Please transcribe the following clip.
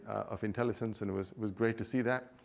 of intelligence, and it was was great to see that.